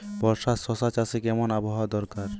বর্ষার শশা চাষে কেমন আবহাওয়া দরকার?